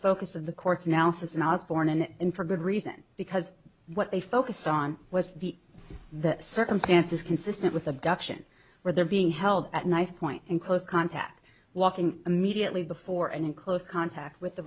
focus of the court's analysis and i was born in in for good reason because what they focused on was the the circumstances consistent with abduction where they're being held at knife point in close contact walking immediately before and in close contact with